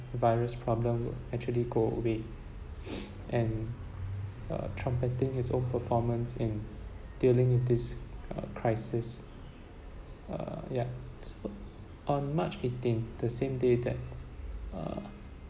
the virus problem will actually go away and uh trumpeting his own performance in dealing with this uh crisis uh ya so on march eighteenth the same day that uh